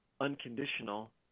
unconditional